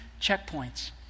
checkpoints